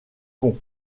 pont